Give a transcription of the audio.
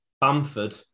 Bamford